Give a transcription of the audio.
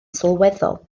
sylweddol